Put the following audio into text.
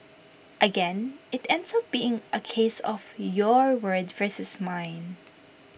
again IT ends up being A case of your word versus mine